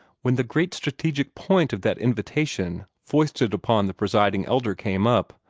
when the great strategic point of that invitation foisted upon the presiding elder came up,